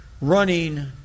running